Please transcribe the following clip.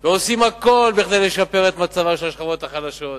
ועושים הכול כדי לשפר את מצבן של השכבות החלשות.